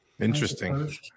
Interesting